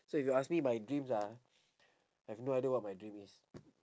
so you ask me my dreams ah I've no idea what my dream is